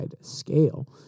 scale